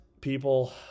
people